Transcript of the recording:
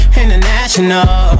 international